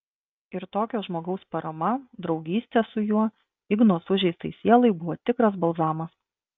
ir tokio žmogaus parama draugystė su juo igno sužeistai sielai buvo tikras balzamas